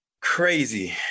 Crazy